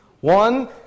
One